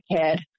kid